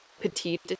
petite